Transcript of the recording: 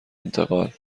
انتقال